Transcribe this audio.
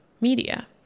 media